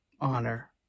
honor